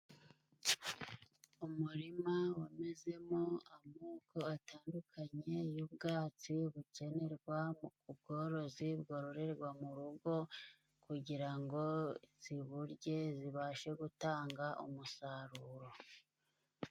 Umurima wamezemo amoko atandukanye y'ubwatsi, bukenerwa mu ubworozi bwororerwa mu rugo, kugira ngo ziburye zibashe gutanga umusaruro.